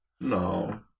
No